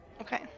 Okay